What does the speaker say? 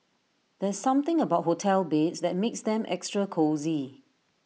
there's something about hotel beds that makes them extra cosy